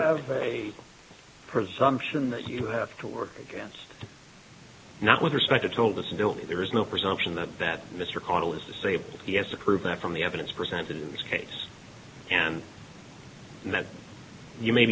have a presumption that you have to work against not with respect to toll disability there is no presumption that that mr caudle is disabled he has to prove that from the evidence presented in this case and that you may